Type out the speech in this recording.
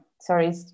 sorry